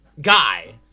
guy